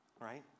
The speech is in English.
right